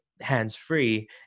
hands-free